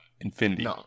Infinity